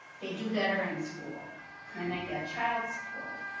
they do better in school when they get child support.